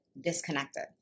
disconnected